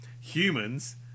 Humans